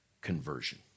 conversion